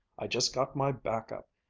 i just got my back up,